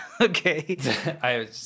Okay